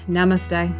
Namaste